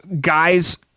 guys